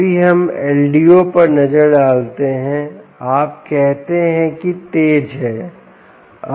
अभी हम एलडीओ पर नजर डालते हैं आप कहते हैं कि तेज है